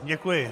Děkuji.